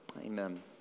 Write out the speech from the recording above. Amen